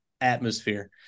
atmosphere